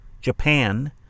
Japan